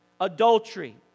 adultery